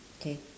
K